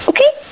Okay